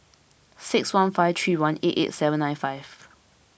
six one five three one eight eight seven nine five